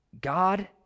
God